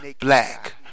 black